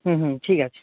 হুম হুম ঠিক আছে